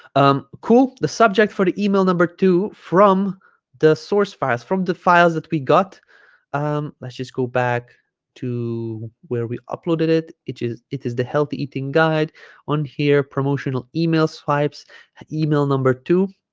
um cool the subject for the email number two from the source files from the files that we got um let's just go back to where we uploaded it it is it is the healthy eating guide on here promotional email swipes email number two